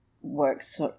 works